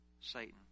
Satan